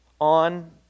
on